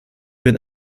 been